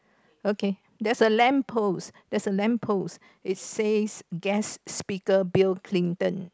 okay there's a lamp post there's a lamp post it says guest speaker Bill Clinton